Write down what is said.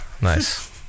Nice